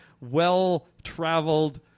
well-traveled